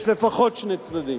יש לפחות שני צדדים.